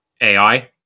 AI